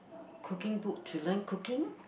cooking book to learn cooking